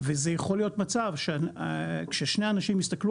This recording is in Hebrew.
וזה יכול להיות מצב שכששני אנשים יסתכלו